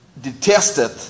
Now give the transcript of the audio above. Detested